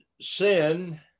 sin